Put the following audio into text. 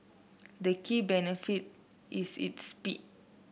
the key benefit is its speed